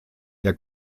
der